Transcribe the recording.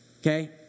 Okay